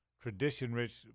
tradition-rich